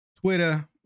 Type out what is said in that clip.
Twitter